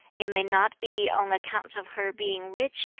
it may not be on account of her being rich,